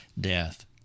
death